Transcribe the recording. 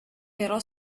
però